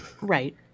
Right